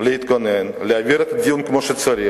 לאופוזיציה להתכונן, להעביר את הדיון כמו שצריך?